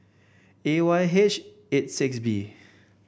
A Y H eight six B